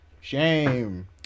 shame